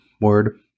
word